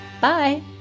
Bye